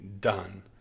done